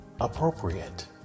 appropriate